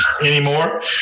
anymore